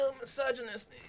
misogynist